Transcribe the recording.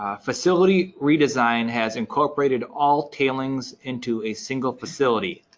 um facility redesign has incorporated all tailings into a single facility.